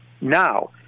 Now